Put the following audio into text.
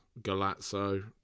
Galazzo